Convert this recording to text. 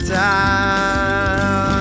time